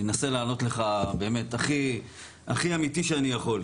אני אנסה לענות לך הכי אמיתי שאני יכול.